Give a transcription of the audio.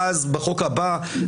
אז בחוק הבא כך וכך,